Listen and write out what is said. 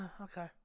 okay